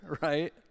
right